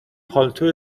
پالت